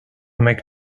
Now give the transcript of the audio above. make